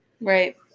Right